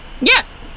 Yes